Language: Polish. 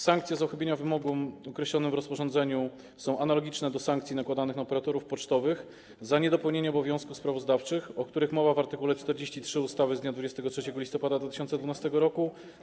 Sankcje za uchybienia wymogom określonym w rozporządzeniu są analogiczne do sankcji nakładanych na operatorów pocztowych za niedopełnienie obowiązków sprawozdawczych, o których mowa w art. 43 ustawy z dnia 23 listopada 2012 r.